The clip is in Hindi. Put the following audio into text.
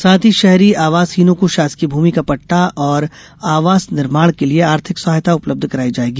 साथ ही शहरी आवासहीनों को शासकीय भूमि का पट्टा और आवास निर्माण के लिये आर्थिक सहायता उपलब्ध करायी जाएगी